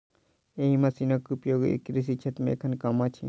एहि मशीनक उपयोग कृषि क्षेत्र मे एखन कम अछि